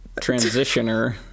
transitioner